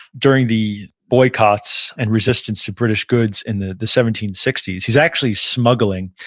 during the boycotts and resistance to british goods in the the seventeen sixty s. he's actually smuggling,